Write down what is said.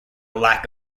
lack